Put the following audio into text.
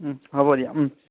হ'ব দিয়া